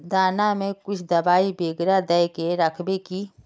दाना में कुछ दबाई बेगरा दय के राखबे की?